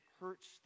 hurts